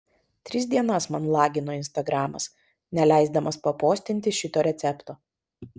tris dienas man lagino instagramas neleisdamas papostinti šito recepto